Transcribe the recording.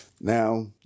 Now